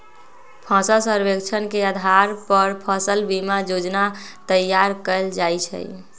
फसल सर्वेक्षण के अधार पर फसल बीमा जोजना तइयार कएल जाइ छइ